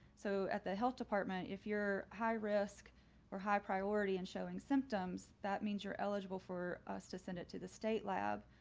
so at the health department, if your high risk or high priority and showing symptoms, that means you're eligible for us to send it to the state lab,